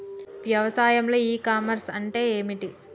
వ్యవసాయంలో e commerce అంటే ఏమిటి?